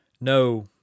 no